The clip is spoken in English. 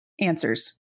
answers